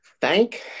thank